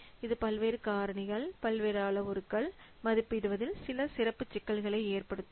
இது பல்வேறு காரணிகள் பல்வேறு அளவுருக்கள் மதிப்பிடுவதில் சில சிறப்பு சிக்கல்களை ஏற்படுத்தும்